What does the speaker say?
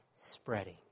spreading